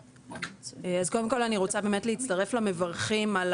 אז קודם כול אני רוצה באמת להצטרף למברכים על